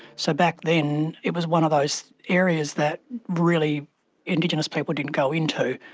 so back then it was one of those areas that really indigenous people didn't go into.